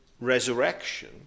resurrection